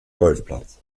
golfplatz